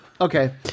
Okay